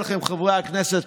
חברי הכנסת,